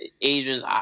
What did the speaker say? asians